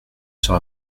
sera